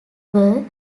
were